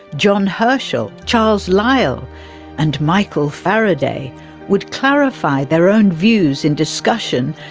john herschel, charles lyell and michael faraday would clarify their own views in discussion,